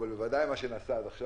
אבל בוודאי מה שנעשה עד עכשיו.